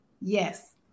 Yes